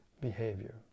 behavior